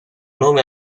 nome